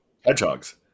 hedgehogs